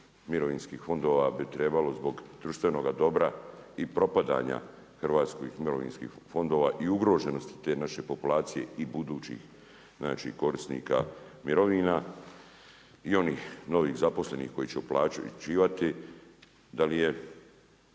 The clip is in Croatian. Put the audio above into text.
mirovinskih fondova bi trebalo zbog društvenoga dobra i propadanja hrvatskih mirovinskih fondova i ugroženosti te naše populacije i budućih korisnika mirovina i onih novih zaposlenih koji će uplaćivati, da mi se